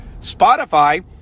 Spotify